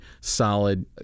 solid